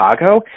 Chicago